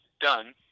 done